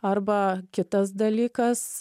arba kitas dalykas